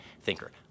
thinker